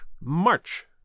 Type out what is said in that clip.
march